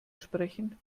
sprechen